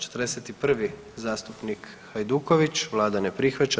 41. zastupnik Hajduković, vlada ne prihvaća.